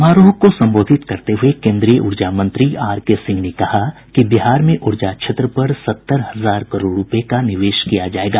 समारोह को संबोधित करते हुये केंद्रीय ऊर्जा मंत्री आरके सिंह ने कहा कि बिहार में ऊर्जा क्षेत्र पर सत्तर हजार करोड़ रुपये का निवेश किया जाएगा